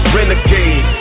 Renegade